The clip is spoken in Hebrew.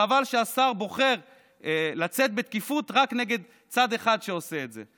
וחבל שהשר בוחר לצאת בתקיפות רק נגד צד אחד שעושה את זה.